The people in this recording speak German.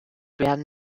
werden